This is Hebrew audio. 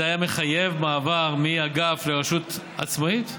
וזה היה מחייב מעבר מאגף לרשות עצמאית.